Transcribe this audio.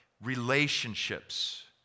relationships